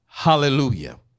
Hallelujah